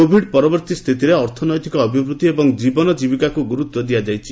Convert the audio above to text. Covid ପରବର୍ତୀ ସ୍ଥିତିରେ ଅର୍ଥନୈତିକ ଅଭିବୃଦ୍ଧି ଏବଂ ଜୀବନ ଜୀବିକାକୁ ଗୁରୁତ୍ୱ ଦିଆଯାଇଛି